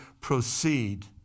proceed